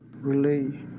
relay